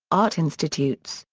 art institutes,